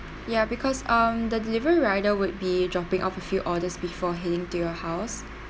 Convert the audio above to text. ya because um the delivery rider would be dropping off a few orders before heading to your house